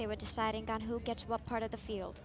they were deciding on who gets what part of the field